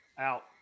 out